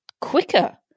quicker